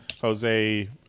Jose